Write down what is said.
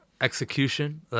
execution